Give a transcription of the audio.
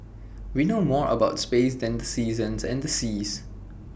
we know more about space than the seasons and the seas